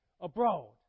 abroad